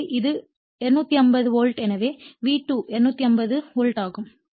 எனவே இது 250 வோல்ட் எனவே V2 250 வோல்ட் ஆகும்